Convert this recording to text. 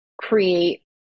create